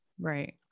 Right